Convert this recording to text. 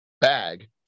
bag